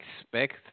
expect